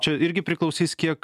čia irgi priklausys kiek